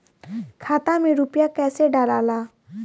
खाता में रूपया कैसे डालाला?